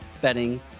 Betting